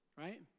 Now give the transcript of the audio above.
right